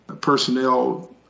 personnel